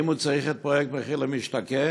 האם הוא צריך את פרויקט מחיר למשתכן,